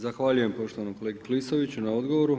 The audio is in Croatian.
Zahvaljujem poštovanom kolegi Klisoviću na odgovoru.